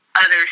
others